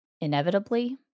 inevitably